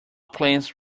plans